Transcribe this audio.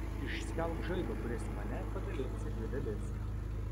išskelk žaibą kuris mane padalins į dvi dalis